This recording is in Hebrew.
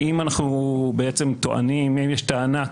זה לא משנה מכיוון שאנחנו באים עכשיו